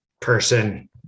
person